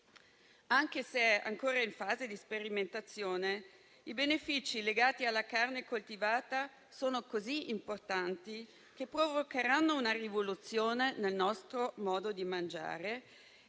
Anche se è ancora in fase di sperimentazione, i benefici legati alla carne coltivata sono così importanti che provocheranno una rivoluzione nel nostro modo di mangiare